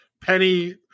penny